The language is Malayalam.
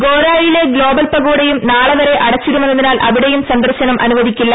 ഗോരായിയിലെ ഗ്ലോബൽ പഗോഡയും നാളെ വരെ അടച്ചിടു മെന്നതിനാൽ അവിടെയും സന്ദർശനം അനുവദിക്കില്ല